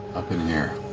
up in here.